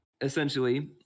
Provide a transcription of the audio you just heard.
essentially